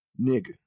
nigga